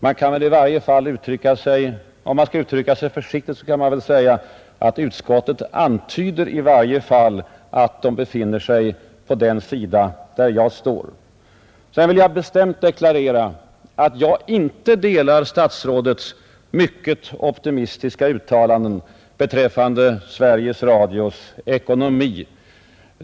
Utskottet ”antyder” ju — för att uttrycka sig försiktigt — att det befinner sig på den sida där jag står. Jag vill bestämt deklarera att jag inte ansluter mig till statsrådets mycket optimistiska uttalanden beträffande Sveriges Radios ekonomi.